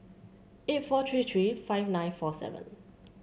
eight four three three five nine four seven